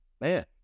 man